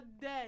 day